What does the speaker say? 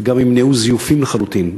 וגם ימנעו זיופים, לחלוטין.